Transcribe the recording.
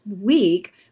week